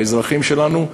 האזרחים שלנו,